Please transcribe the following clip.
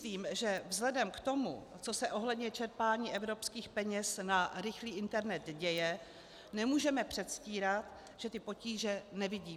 Myslím, že vzhledem k tomu, co se ohledně čerpání evropských peněz na rychlý internet děje, nemůžeme předstírat, že ty potíže nevidíme.